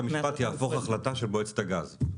ולבל בית המשפט יהפוך החלטה של מועצת הגז,